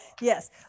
yes